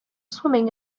swimming